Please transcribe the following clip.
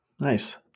nice